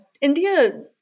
India